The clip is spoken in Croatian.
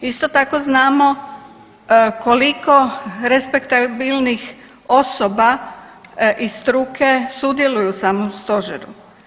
Isto tako znamo koliko respektabilnih osoba iz struke sudjeluju u samom Stožeru.